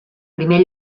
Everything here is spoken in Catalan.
primer